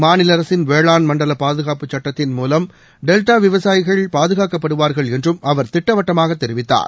மாநில அரசின் வேளாண் மண்டல பாதுகாப்புச்சட்டத்தின் மூலம் டெல்டா விவசாயிகள் பாதுகாக்கப்படுவார்கள் என்றும் அவர் திட்டவட்டமாக தெரிவித்தார்